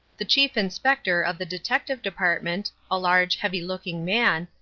the chief inspector of the detective department, a large, heavy-looking man,